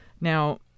Now